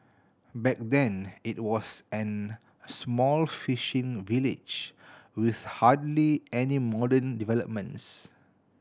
back then it was an small fishing village with hardly any modern developments